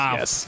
Yes